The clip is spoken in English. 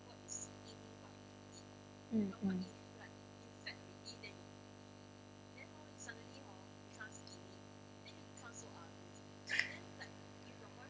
mm mm